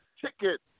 ticket